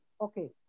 okay